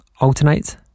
Alternate